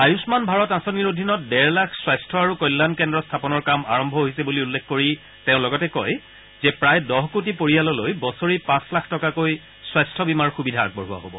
আয়ুমান ভাৰত আঁচনিৰ অধীনত ডেৰলাখ স্বাস্থ আৰু কল্যাণ কেন্দ্ৰ স্থাপনৰ কাম আৰম্ভ হৈছে বুলি উল্লেখ কৰি তেওঁ লগতে কয় যে প্ৰায় দহ কোটি পৰিয়াললৈ বছৰি পাঁচ লাখ টকাকৈ স্বাস্থ্য বীমাৰ সুবিধা আগবোঢ়াৱা হব